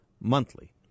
monthly